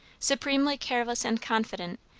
supremely careless and confident,